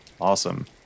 Awesome